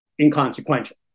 inconsequential